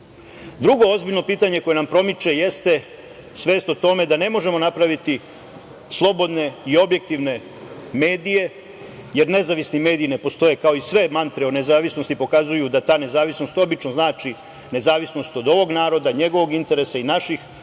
ozbiljno pitanje koje nam promiče jeste svest o tome da ne možemo napraviti slobodne i objektivne medije, jer nezavisni mediji ne postoje. Kao i sve mantre o nezavisnosti pokazuju da ta nezavisnost obično znači nezavisnost od ovog naroda, njegovog interesa i naših društvenih